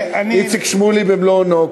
איציק שמולי במלוא אונו.